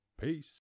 Peace